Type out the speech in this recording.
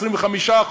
25%,